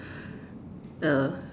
uh